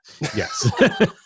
Yes